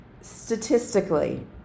Statistically